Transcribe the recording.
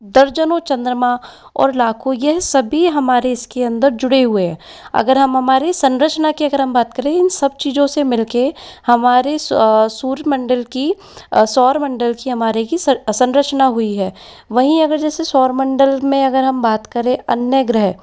दर्जनों चंद्रमा और लाखों यह सभी हमारे इसके अंदर जुड़े हुए है अगर हम हमारे संरचना की अगर हम बात करें इन सब चीज़ों से मिल कर हमारे सूर्य मण्डल की सौरमंडल की हमारे की संरचना हुई है वहीं अगर जैसे सौरमंडल में हम बात करें अन्य ग्रह